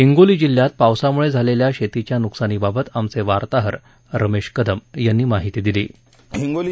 हिंगोली जिल्ह्यात पावसामुळे झालेल्या शेतीच्या नुकसानीबाबत आमचे वार्ताहर रमेश कदम यांनी माहिती दिली